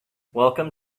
welcome